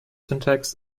syntax